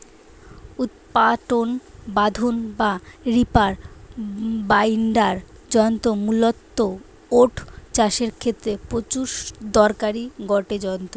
উৎপাটন বাঁধন বা রিপার বাইন্ডার যন্ত্র মূলতঃ ওট চাষের ক্ষেত্রে প্রচুর দরকারি গটে যন্ত্র